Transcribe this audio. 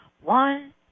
one